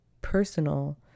personal